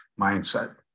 mindset